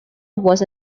was